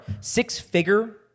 six-figure